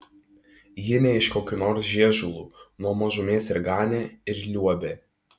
ji ne iš kokių nors žiežulų nuo mažumės ir ganė ir liuobė